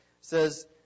says